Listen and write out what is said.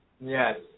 Yes